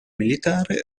militare